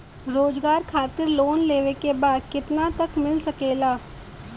रोजगार खातिर लोन लेवेके बा कितना तक मिल सकेला?